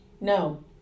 No